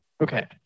Okay